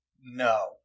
No